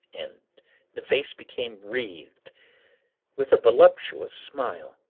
and the face became wreathed with a voluptuous smile.